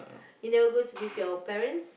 you never go with your parents